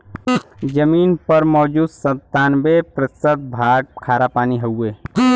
जमीन पर मौजूद सत्तानबे प्रतिशत भाग खारापानी हउवे